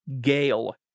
Gale